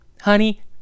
Honey